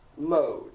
mode